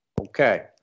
Okay